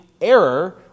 error